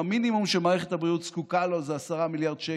והמינימום שמערכת הבריאות זקוקה לו זה 10 מיליארד שקל,